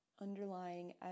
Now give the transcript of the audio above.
underlying